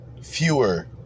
fewer